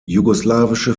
jugoslawische